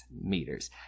meters